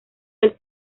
del